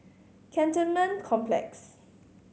Cantonment Complex